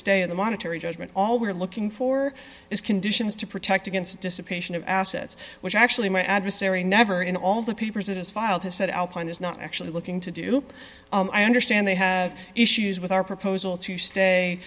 stay in the monetary judgment all we are looking for is conditions to protect against dissipation of assets which actually my adversary never in all the papers that has filed has said alpine is not actually looking to do i understand they have issues with our proposal to stay